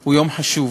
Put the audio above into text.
הוא יום חשוב.